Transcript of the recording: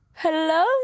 Hello